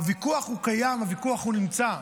הוויכוח קיים, הוויכוח נמצא,